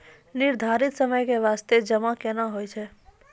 निर्धारित समय के बास्ते जमा केना होय छै?